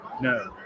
No